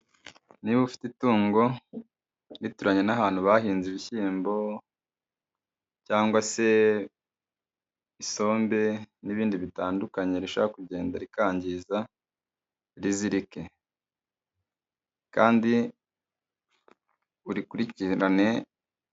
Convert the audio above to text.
Niba ufite itungo rituranye n'ahantu bahinze ibishyimbo cyangwa se isombe n'ibindi bitandukanye rishobora kugenda rikangiza, rizirike kandi urikurikirane.